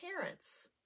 parents